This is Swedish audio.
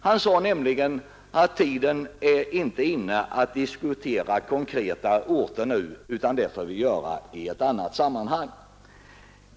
Han sade nämligen att tiden inte nu är inne att diskutera konkreta orter, utan att vi får göra det i ett annat sammanhang.